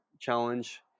challenge